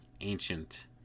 ancient